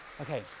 okay